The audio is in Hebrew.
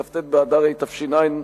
כ"ט באדר התש"ע,